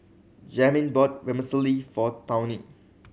Jamin bought Vermicelli for Tawny